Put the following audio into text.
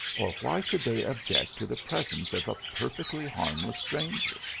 or why should they object to the presence of a perfectly harmless stranger?